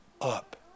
up